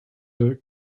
the